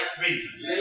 reason